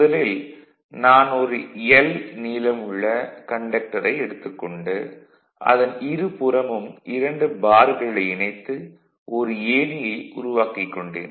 முதலில் நான் ஒரு 'l' நீளமுள்ள கண்டக்டரை எடுத்துக் கொண்டு அதன் இருபுறமும் 2 பார்களை இணைத்து ஒரு ஏணியை உருவாக்கிக் கொண்டேன்